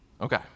Okay